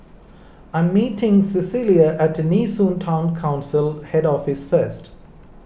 I am meeting Cecelia at Nee Soon Town Council Head Office first